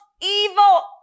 evil